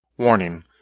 Warning